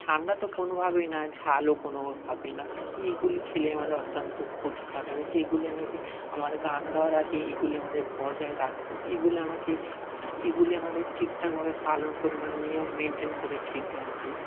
ঠান্ডা তো কোনোভাবেই না ঝালও কোনো ভাবেই না তো এগুলি খেলে আমাদের অত্যন্ত ক্ষতিকর হবে তো এগুলি আমাকে আমাদের গান গাওয়াকে এগুলি আমাদের বজায় রাখতে এগুলি আমাকে এগুলি আমাদের ঠিক ঠাকভাবে পালন করে মানে নিয়ম মেনটেন করে খেতে হবে